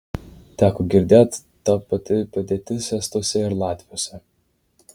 teko girdėt ta pati padėtis estuose ir latviuose